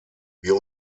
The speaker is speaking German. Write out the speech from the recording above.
wir